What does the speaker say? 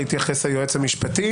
יתייחס היועץ המשפטי,